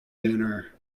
dinner